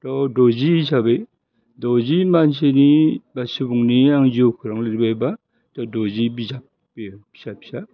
थह दजि हिसाबै दजि मानसिनि बा सुबुंनि आं जिउ खौरां लिरबायबा थह दजि बिजाब बेयो फिसा फिसा